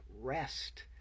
rest